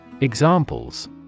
Examples